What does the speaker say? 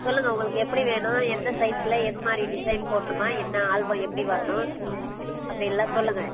சொல்லுங்கள் உங்களுக்கு எப்படி வேணும் எந்த சைஸ்சில் எதுமாதிரி டிசைன் போடணுமா என்ன ஆல்பம் எப்படி வரணும் அப்படி எல்லாம் சொல்லுங்கள்